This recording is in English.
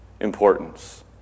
importance